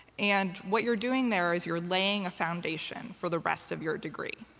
and what you're doing there is, you're laying a foundation for the rest of your degree.